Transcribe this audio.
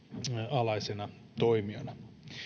alaisena toimijana